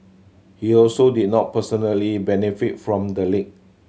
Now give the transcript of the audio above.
he also did not personally benefit from the leak